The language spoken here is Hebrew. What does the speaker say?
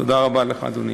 תודה רבה לך, אדוני.